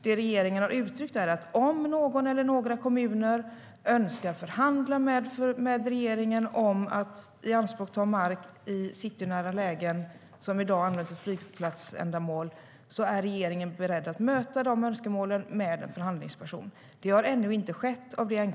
Det regeringen har uttryckt är att vi är beredda att möta önskemål med en förhandlingsperson om någon eller några kommuner önskar förhandla med regeringen om att ianspråkta mark i citynära lägen som i dag används för flygplatsändamål. Detta har ännu inte skett, av det enkla skälet att någon sådan framställan ännu inte har kommit till regeringen.